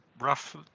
rough